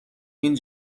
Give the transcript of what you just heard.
این